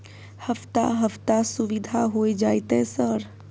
हफ्ता हफ्ता सुविधा होय जयते सर?